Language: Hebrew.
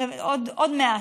עוד מעט.